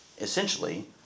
essentially